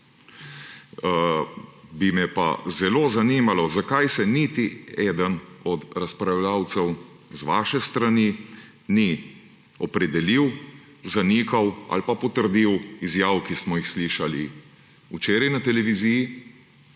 Bi me pa zelo zanimalo, zakaj niti eden od razpravljavcev z vaše strani ni opredelil, zanikal ali pa potrdil izjav, ki smo jih slišali včeraj na televiziji